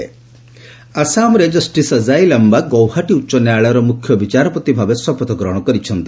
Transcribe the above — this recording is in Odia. ଜଷ୍ଟିସ୍ ଅଜାଇ ଲାମ୍ଘା ଓଥ୍ ଆସାମରେ କଷ୍ଟିସ୍ ଅଜାଇ ଲାମ୍ବା ଗୌହାଟୀ ଉଚ୍ଚ ନ୍ୟାୟାଳୟର ମୁଖ୍ୟ ବିଚାରପତି ଭାବେ ଶପଥ ଗ୍ରହଣ କରିଛନ୍ତି